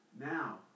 Now